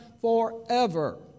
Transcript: forever